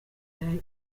hatari